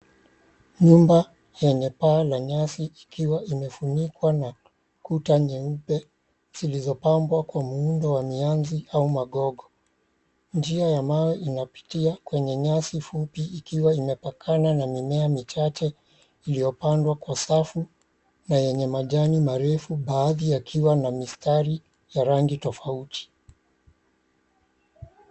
Nyumba yenye paa la nyasi ikiwa imefunikwa na kuta nyeupe zilizopambwa kwa muundo wa mianzi au magogo. Njia ya mawe inapitia kwenye nyasi fupi ikiwa imepakana na mimea michache, iliyopandwa kwa safu na yenye majani marefu baadhi yakiwa na mistari ya rangi tofauti.